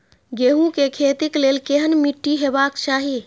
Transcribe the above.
गेहूं के खेतीक लेल केहन मीट्टी हेबाक चाही?